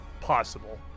possible